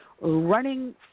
running